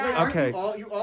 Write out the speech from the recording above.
Okay